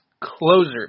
closer